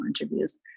interviews